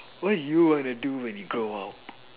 what do you want to do when you grow up